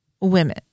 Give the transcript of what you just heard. Women